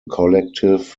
collective